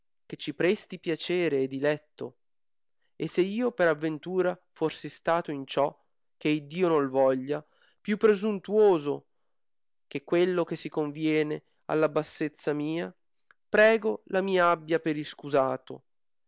che ci presti piacere e diletto e se io per avventura fossi stato in ciò che iddio no'l voglia più prosuntuoso che quello che si conviene alla bassezza mia prego la mi abbia per iscusato